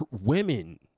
women